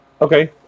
okay